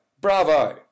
bravo